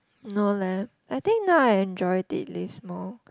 no leh I think now I enjoy dead lifts more